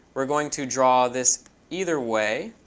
we're going to draw this either way.